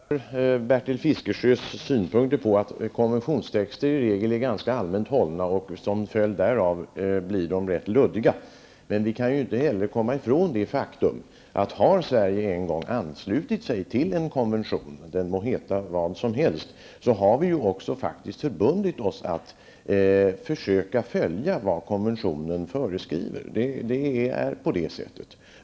Herr talman! Jag delar Bertil Fiskesjös synpunkt att konventionstexter i regel är ganska allmänt hållna och att de som följd därav blir rätt luddiga. Men vi kan ju inte komma ifrån att har Sverige en gång anslutit sig till en konvention, den må heta vad som helst, så har vi också faktiskt förbundit oss att försöka följa vad konventionen föreskriver.